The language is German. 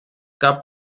gab